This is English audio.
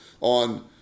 on